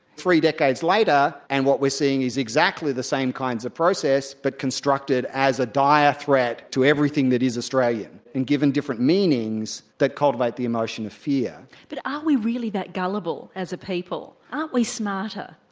three decades later and what we're seeing is exactly the same kinds of process but constructed as a dire threat to everything that is australian, and given different meanings that cultivate the emotion of fear. but are we really that gullible as a people, aren't we smarter?